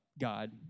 God